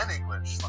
English